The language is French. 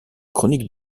chronique